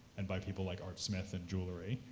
and by people like arthur smith in jewelry.